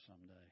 someday